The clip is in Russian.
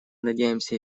надеемся